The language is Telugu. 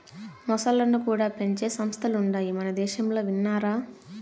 మొసల్లను కూడా పెంచే సంస్థలుండాయి మనదేశంలో విన్నారా